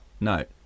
note